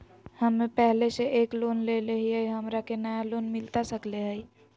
हमे पहले से एक लोन लेले हियई, हमरा के नया लोन मिलता सकले हई?